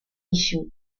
issue